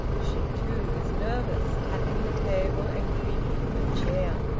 she too was nervous, tapping the table and creaking her chair.